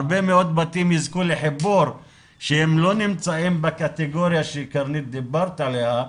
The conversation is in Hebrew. הרבה מאוד בתים יזכו לחיבור שהם לא נמצאים בקטגוריה שכרמית דיברת עליה,